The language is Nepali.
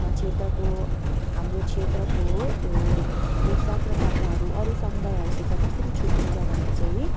क्षेत्रको हाम्रो क्षेत्रको यो पोसाक र कपडाहरू अरू समुदायहरूसित कसरी छुट्टिन्छ भने चाहिँ